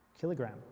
kilogram